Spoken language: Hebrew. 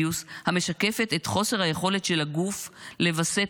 המשקפת את חוסר היכולת של הגוף לווסת